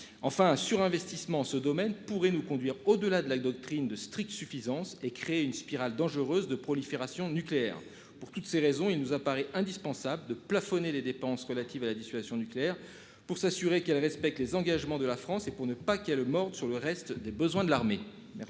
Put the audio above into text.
Enfin un surinvestissement ce domaine pourrait nous conduire au delà de la doctrine de stricte suffisance et créer une spirale dangereuse de prolifération nucléaire. Pour toutes ces raisons, il nous apparaît indispensable de plafonner les dépenses relatives à la dissuasion nucléaire pour s'assurer qu'elles respectent les engagements de la France et pour ne pas qu'elle morte sur le reste des besoins de l'armée. Merci.